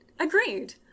Agreed